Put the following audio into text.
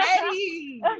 ready